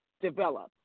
develop